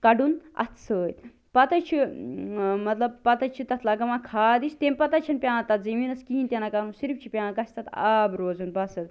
کڑُن اَتھہٕ سۭتۍ پتہٕ حظ چھِ ٲں مطلب پتہٕ حظ چھِ تتھ لگاوان کھاد ہِش تَمہِ پتہٕ حظ چھُنہٕ پیٚوان تتھ زٔمیٖنَس کِہیٖنۍ تہِ نہٕ کرُن صِرِف چھُ پیٚاون گَژھہِ تتھ آب روزُن بس حظ